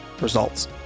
results